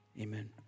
amen